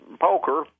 poker